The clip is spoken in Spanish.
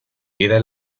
era